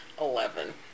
Eleven